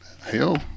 hell